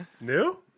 New